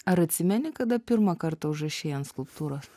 ar atsimeni kada pirmą kartą užrašei ant skulptūros